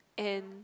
and